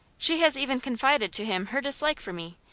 she has even confided to him her dislike for me,